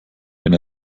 wenn